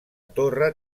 torre